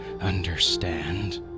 understand